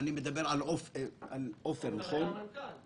הנחת העבודה שהוא נמצא שם ונותן עבודה.